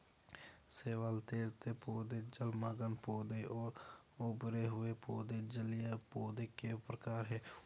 शैवाल, तैरते पौधे, जलमग्न पौधे और उभरे हुए पौधे जलीय पौधों के प्रकार है